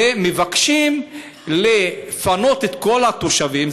ומבקשים לפנות את כל התושבים,